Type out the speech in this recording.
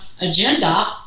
agenda